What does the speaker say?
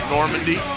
Normandy